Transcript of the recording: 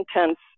intense